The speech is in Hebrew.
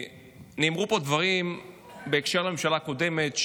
נאמרו פה דברים בהקשר של הממשלה הקודמת,